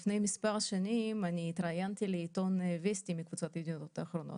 לפני מספר שנים התראיינתי לעיתון "וסטי" מקבוצת ידיעות אחרונות,